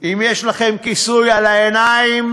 אם יש לכם כיסוי על העיניים,